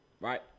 right